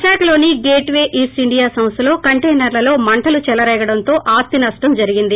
విశాఖలోని gateway east India సంస్దలో కంటైనర్లలో మంటలు చెలరేగడంతో ఆస్తినప్టం జరిగింది